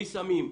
מסמים,